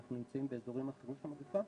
אנחנו נמצאים באזורים אחרים של המגפה,